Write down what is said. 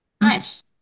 Nice